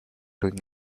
doing